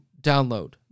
download